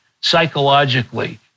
psychologically